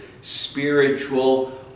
spiritual